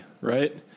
right